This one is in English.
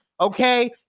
okay